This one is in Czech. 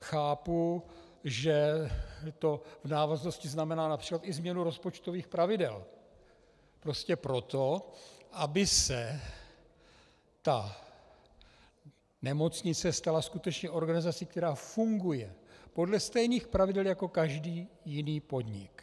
Chápu, že to v návaznosti znamená například i změnu rozpočtových pravidel, prostě proto, aby se nemocnice stala skutečně organizací, která funguje podle stejných pravidel jako každý jiný podnik.